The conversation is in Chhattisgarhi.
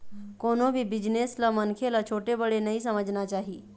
कोनो भी बिजनेस ल मनखे ल छोटे बड़े नइ समझना चाही